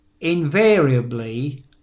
invariably